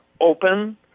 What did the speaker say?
open